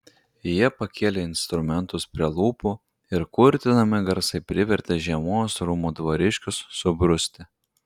jie pakėlė instrumentus prie lūpų ir kurtinami garsai privertė žiemos rūmų dvariškius subruzti